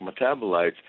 metabolites